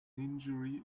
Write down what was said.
injury